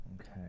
Okay